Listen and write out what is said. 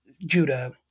Judah